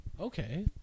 Okay